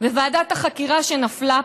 ועדת החקירה שנפלה פה,